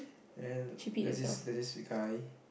and there's this there's this guy